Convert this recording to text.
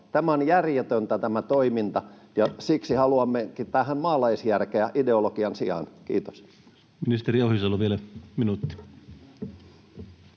Tämä toiminta on järjetöntä, ja siksi haluamme tähän maalaisjärkeä ideologian sijaan. — Kiitos.